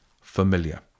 familiar